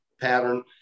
pattern